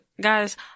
guys